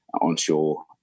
onshore